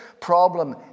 problem